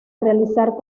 realizar